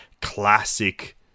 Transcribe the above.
classic